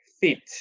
fit